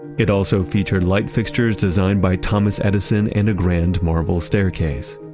it also featured light fixtures designed by thomas edison and a grand marble staircase.